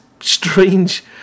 strange